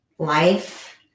life